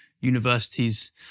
universities